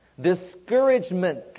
Discouragement